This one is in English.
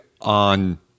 on